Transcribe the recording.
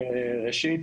ראשית,